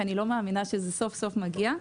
שאני לא מאמינה שזה סוף סוף מגיע.